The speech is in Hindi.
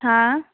हाँ